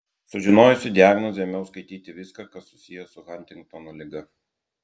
sužinojusi diagnozę ėmiau skaityti viską kas susiję su huntingtono liga